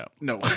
No